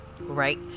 right